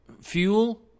fuel